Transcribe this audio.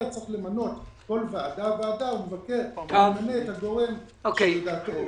צריך למנות כל ועדה וועדה והוא ממנה את הגורם שיש מטעם המשרד.